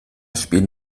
spielen